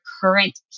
current